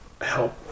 help